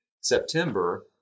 September